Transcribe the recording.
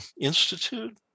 Institute